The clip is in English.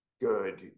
good